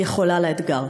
יכולה לאתגר.